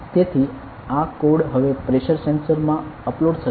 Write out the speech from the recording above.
તેથી આ કોડ હવે પ્રેસર સેન્સર માં અપલોડ થશે